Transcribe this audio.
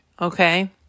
Okay